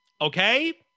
Okay